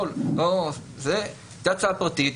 היא הייתה הצעה פרטית,